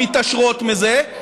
מתעשרות מזה.